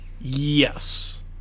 Yes